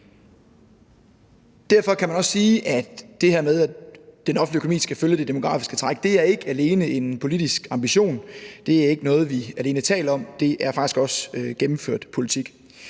Derfor kan man også sige, at det her med, at den offentlige økonomi skal følge det demografiske træk ikke alene er en politisk ambition, ikke alene er noget, vi taler om, men faktisk også er gennemført politik.